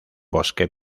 bosque